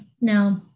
No